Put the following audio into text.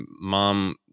mom